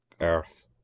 earth